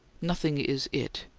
nothing is it.